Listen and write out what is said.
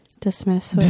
dismiss